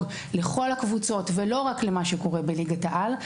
לכל הקבוצות ולא רק למה שקורה בליגת העל,